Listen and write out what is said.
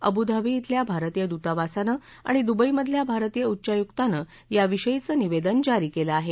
Abu Dhabi क्रिल्या भारतीय दूतावासानं आणि दुबई मधल्या भारतीय उच्चायुकानं याविषयीचं निवेदन जारी केलं आहे